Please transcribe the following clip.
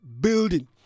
building